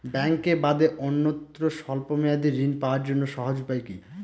ব্যাঙ্কে বাদে অন্যত্র স্বল্প মেয়াদি ঋণ পাওয়ার জন্য সহজ উপায় কি?